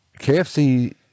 KFC